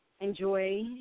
enjoy